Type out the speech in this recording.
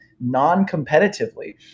non-competitively